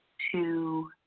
two,